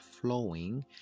flowing